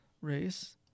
race